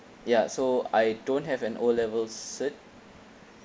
ya so I don't have an o level cert